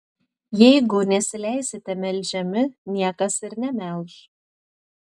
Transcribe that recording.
jeigu nesileisite melžiami niekas ir nemelš